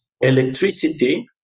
electricity